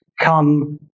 come